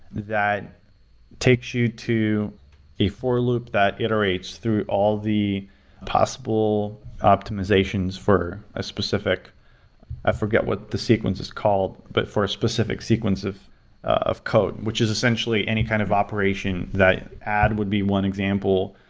that takes you to a for loop that iterates through all the possible optimizations for a specific i forgot what the sequence is called. but for a specific sequence of of code, which his essentially any kind of operation, that add would be one example,